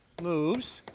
moves